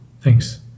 thanks